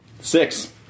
Six